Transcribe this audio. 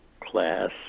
class